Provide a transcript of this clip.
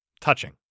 touching